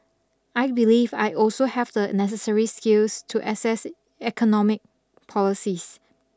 I believe I also have the necessary skills to assess economic policies